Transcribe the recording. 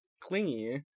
clingy